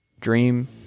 dream